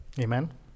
Amen